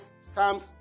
Psalms